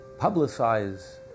publicize